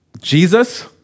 Jesus